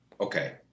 okay